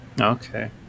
Okay